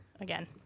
again